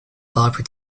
barbara